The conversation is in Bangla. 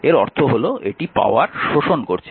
এর অর্থ হল এটি পাওয়ার শোষণ করছে